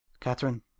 Catherine